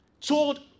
Told